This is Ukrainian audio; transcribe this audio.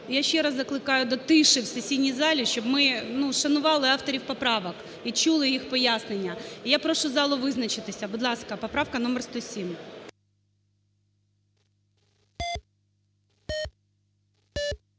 я ще раз закликаю до тиші в сесійній залі, щоб ми, ну, шанували авторів поправок і чули їх пояснення. І я прошу залу визначитися. Будь ласка, поправка номер 107.